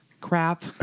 crap